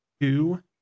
two